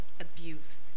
abuse